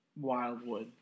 wildwood